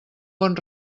bon